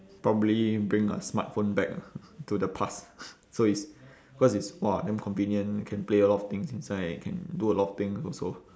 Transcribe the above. probably bring a smartphone back lah to the past so it's because it's !wah! damn convenient can play a lot of things inside can do a lot of thing also